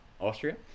Austria